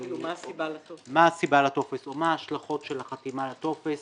מה הסיבה לטופס או מה ההשלכות של החתימה על הטופס